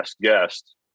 guest